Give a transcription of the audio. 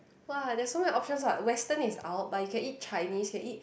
!wah! there's so many options what western is out but you can eat Chinese you can eat